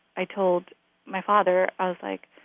i told my father i was like,